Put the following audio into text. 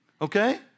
Okay